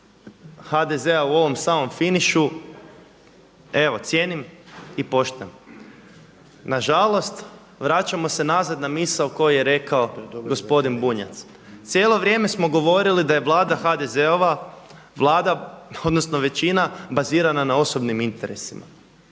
HDZ-a u ovom samom finišu evo cijenim i poštujem. Na žalost vraćamo se nazad na misao koju je rekao gospodin Bunjac. Cijelo vrijeme smo govorili da je Vlada HDZ-ova odnosno većina bazirana na osobnim interesima,